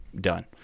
done